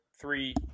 three